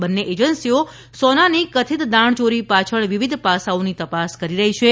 બંને એજન્સીઓ સોનાની કથિત દાણચોરી પાછળ વિવિધ પાસાઓની તપાસ કરી રહી છે